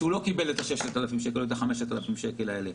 שהוא לא קיבל את 6,000 או 5,000 השקלים האלה,